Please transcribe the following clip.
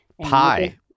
Pie